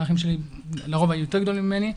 האחים שלי לרוב היו יותר גדולים ממני.